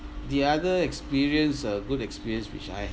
the other experience uh good experience which I